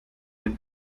and